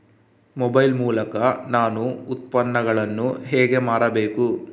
Mobile ಮೂಲಕ ನಾನು ಉತ್ಪನ್ನಗಳನ್ನು ಹೇಗೆ ಮಾರಬೇಕು?